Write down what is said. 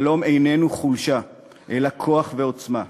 שלום איננו חולשה, אלא כוח ועוצמה.